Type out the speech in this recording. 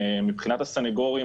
מבחינת הסנגורים,